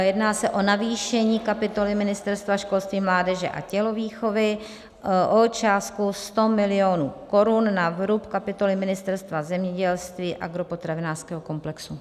Jedná se o navýšení kapitoly Ministerstva školství, mládeže a tělovýchovy o částku 100 milionů korun na vrub kapitoly Ministerstva zemědělství, agropotravinářského komplexu.